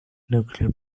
nuclear